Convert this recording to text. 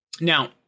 Now